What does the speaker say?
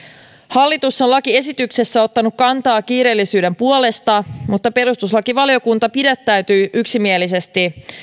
hallitus on lakiesityksessä ottanut kantaa kiireellisyyden puolesta mutta perustuslakivaliokunta pidättäytyy yksimielisesti